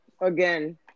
again